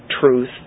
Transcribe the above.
truth